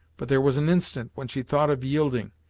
but there was an instant when she thought of yielding,